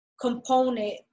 component